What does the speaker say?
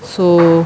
so